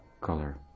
color